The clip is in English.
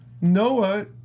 Noah